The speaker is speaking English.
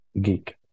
geek